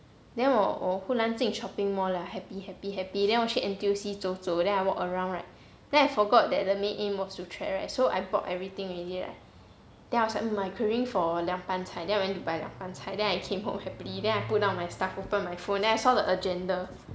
then 我我忽然进 shopping mall liao happy happy happy then 我去 N_T_U_C 走走 then I walk around right then I forgot that the main aim was to thread right so I bought everything already right then I was like my craving for 凉拌菜 then I went to buy 凉拌菜 then I came home happily then I put down my stuff open my phone then I saw the agenda